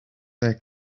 their